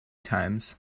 times